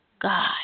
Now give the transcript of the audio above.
god